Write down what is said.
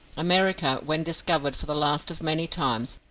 america, when discovered for the last of many times,